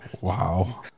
Wow